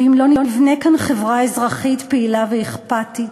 אם לא נבנה כאן חברה אזרחית פעילה ואכפתית,